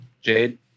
Jade